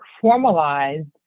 formalized